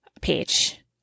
page